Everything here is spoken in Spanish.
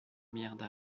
mierda